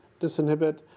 disinhibit